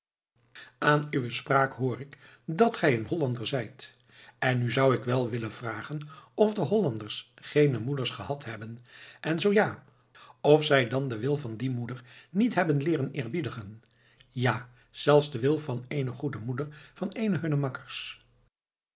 aan uwe spraak hoor ik dat gij een hollander zijt en nu zou ik wel willen vragen of de hollanders geene moeders gehad hebben en zoo ja of zij dan den wil van die moeder niet hebben leeren eerbiedigen ja zelfs den wil van eene goede moeder van eenen hunner makkers